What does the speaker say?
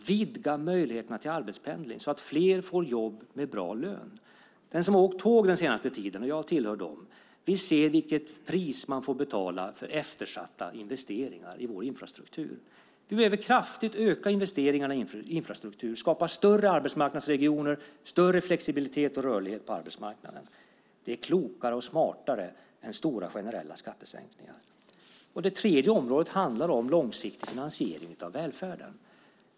Vidga möjligheterna till arbetspendling så att fler får jobb med bra lön! Den som har åkt tåg den senaste tiden - jag tillhör dem - ser vilket pris vi får betala för eftersatta investeringar i vår infrastruktur. Vi behöver kraftigt öka investeringarna i infrastrukturen, skapa större arbetsmarknadsregioner och större flexibilitet och rörlighet på arbetsmarknaden. Det är klokare och smartare än stora generella skattesänkningar. Det tredje området handlar om långsiktig finansiering av välfärden.